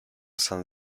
san